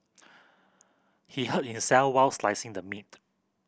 he hurt himself while slicing the meat